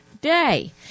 day